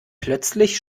plötzlich